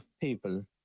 people